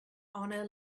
honor